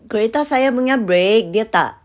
kereta saya punya break dia tak